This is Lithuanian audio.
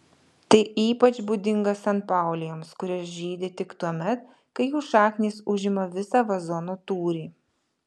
tai ypač būdinga sanpaulijoms kurios žydi tik tuomet kai jų šaknys užima visą vazono tūrį